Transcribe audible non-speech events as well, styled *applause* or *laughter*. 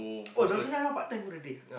*noise* oh John-Cena now part time already ah